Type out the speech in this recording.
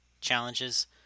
challenges